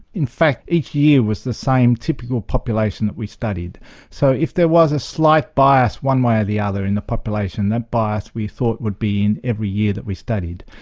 in fact each year was the same typical population we studied so if there was a slight bias one way or the other in the population that bias we thought would be in every year that we studied.